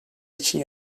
için